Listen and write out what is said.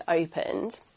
opened